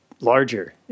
larger